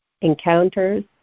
encounters